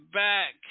back